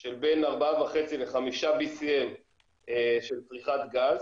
של בין 4.5 לחמישה BCM של צריכת גז